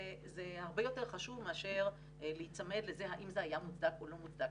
זה הרבה יותר חשוב מאשר להיצמד לאם זה היה מוצדק או לא מוצדק.